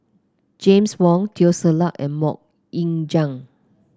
James Wong Teo Ser Luck and MoK Ying Jang